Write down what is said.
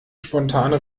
spontane